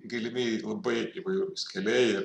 galimi labai įvairūs keliai